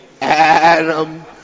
Adam